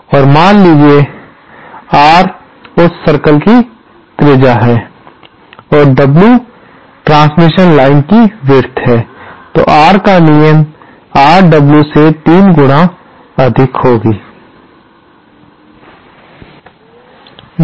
और मान लीजिए कि R उस सर्कल की त्रिज्या है और W हस्तांतरण लाइन की विड्थ है तो R का नियम R W से 3 गुना अधिक होना चाहिए